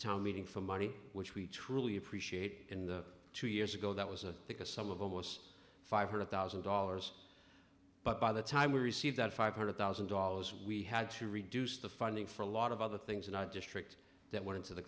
town meeting for money which we truly appreciate in the two years ago that was a take a sum of almost five hundred thousand dollars but by the time we received that five hundred thousand dollars we had to reduce the funding for a lot of other things in our district that went into the